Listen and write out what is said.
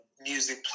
music